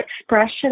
expression